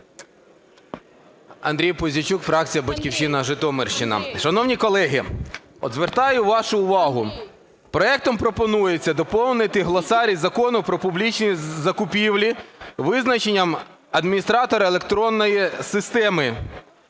Андрій Пузійчук, фракція "Батьківщина", Житомирщина. Шановні колеги, звертаю вашу увагу. Проектом пропонується доповнити глосарій Закону "Про публічні закупівлі" визначенням "адміністратор електронної системи".